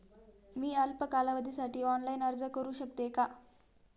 मी अल्प कालावधीसाठी ऑनलाइन अर्ज करू शकते का?